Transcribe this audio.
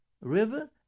River